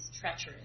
treacherous